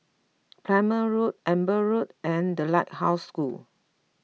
Palmer Road Amber Road and the Lighthouse School